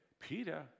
Peter